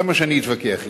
למה שאני אתווכח אתך?